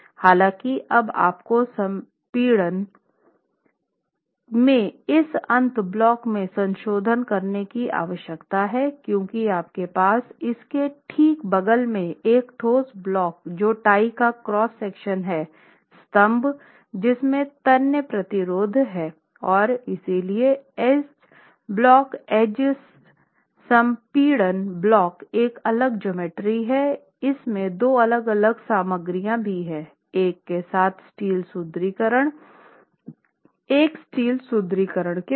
हालाँकि अब आपको संपीड़न में इस अंत ब्लॉक में संशोधन करने की आवश्यकता है क्योंकि आपके पास इसके ठीक बगल में है एक ठोस ब्लॉक जो टाई का क्रॉस सेक्शन है स्तंभ जिसमें तन्य प्रतिरोध है और इसलिए एज ब्लॉक एज संपीड़न ब्लॉक एक अलग ज्यामिति है और इसमें दो अलग अलग सामग्रियां भी हैं एक के साथ स्टील सुदृढीकरण एक स्टील सुदृढीकरण के बिना